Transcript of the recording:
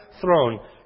throne